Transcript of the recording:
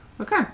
Okay